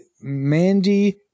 Mandy